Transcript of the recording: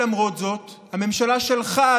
ולמרות זאת הממשלה שלך,